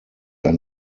ein